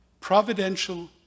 providential